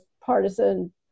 partisan